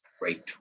Great